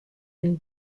and